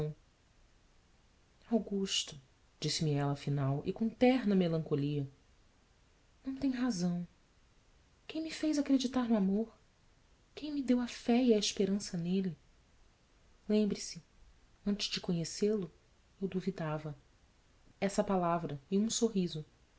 augusto disse-me ela afinal e com terna melancolia ão tem razão quem me fez acreditar no amor quem me deu a fé e a esperança nele lembre-se antes de conhecê-lo eu duvidava essa palavra e um sorriso